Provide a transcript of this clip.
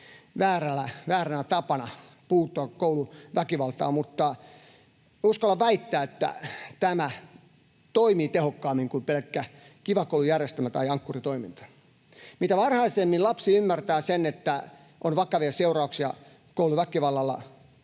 vääränä tapana puuttua kouluväkivaltaan, mutta uskallan väittää, että tämä toimii tehokkaammin kuin pelkkä Kiva Koulu ‑järjestelmä tai Ankkuri-toiminta. Mitä varhaisemmin lapsi ymmärtää sen, että kouluväkivallalla